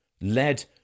led